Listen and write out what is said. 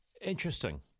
Interesting